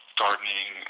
gardening